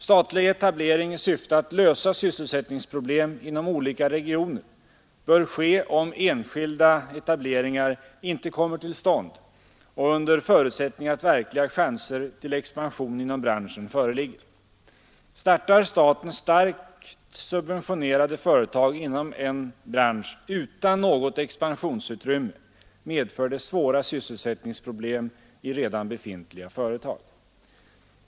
Statlig etablering i syfte att lösa sysselsättningsproblem inom olika regioner bör ske om enskilda etableringar inte kommer till stånd och under förutsättning att verkliga chanser till expansion inom branschen föreligger. Startar staten starkt subventionerade företag inom en bransch utan något expansionsutrymme medför det svåra sysselsättningsproblem i redan befintliga företag.